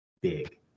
big